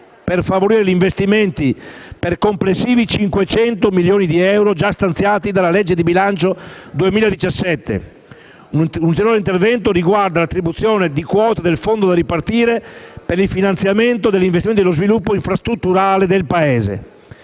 per favorire gli investimenti per complessivi 500 milioni di euro, già stanziati dalla legge di bilancio 2017. Un ulteriore intervento riguarda l'attribuzione di quote del Fondo da ripartire per il finanziamento degli investimenti e lo sviluppo infrastrutturale del Paese.